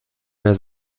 mehr